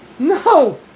No